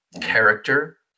Character